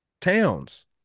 towns